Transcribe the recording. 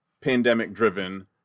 pandemic-driven